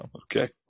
Okay